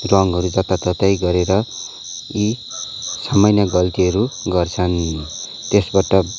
रङ्गहरू जताततै गरेर यी सामान्य गल्तीहरू गर्छन् त्यसबाट